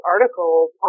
articles